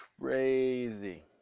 crazy